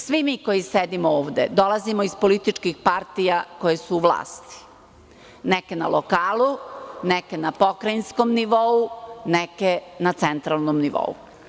Svi mi koji sedimo ovde, dolazimo iz političkih partija koje su u vlasti, neke na lokalu, neke na pokrajinskom nivou, neke na centralnom nivou.